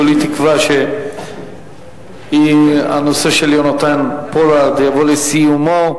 כולי תקווה שהנושא של יהונתן פולארד יבוא לסיומו.